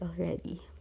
already